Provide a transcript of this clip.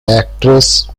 actress